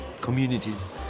communities